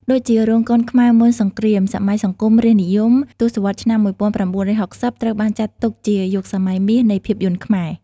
ដូចជា រោងកុនខ្មែរមុនសង្គ្រាម សម័យសង្គមរាស្ត្រនិយម ទសវត្សរ៍ឆ្នាំ១៩៦០ ត្រូវបានចាត់ទុកជាយុគសម័យមាសនៃភាពយន្តខ្មែរ។